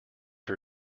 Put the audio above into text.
her